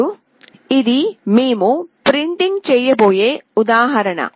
ఇప్పుడు ఇది మేము ప్రింటింగ్ చేయబోయే ఉదాహరణ